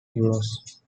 euros